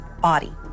body